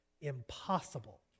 impossible